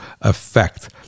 effect